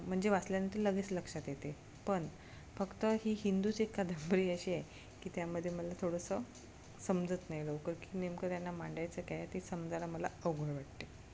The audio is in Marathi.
म्हणजे वाचल्यानंतर लगेच लक्षात येते पण फक्त ही हिंदूच एक कादंबरी अशी आहे की त्यामध्ये मला थोडंसं समजत नाही लवकर की नेमकं त्यांना मांडायचं काय ते समजायला मला अवघड वाटते